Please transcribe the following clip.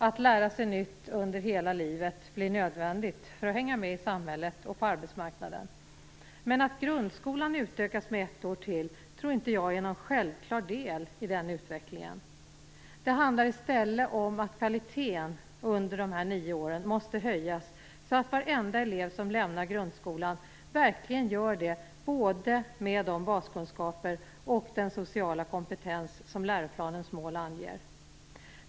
Att lära sig nytt under hela livet blir nödvändigt för att hänga med i samhället och på arbetsmarknaden. Men att grundskolan utökas med ett år till tror jag inte är någon självklar del i den utvecklingen. Det handlar i stället om att kvaliteten under de nio åren måste höjas, så att varje elev som lämnar grundskolan verkligen gör det med både de baskunskaper och den sociala kompetens som läroplanens mål anger.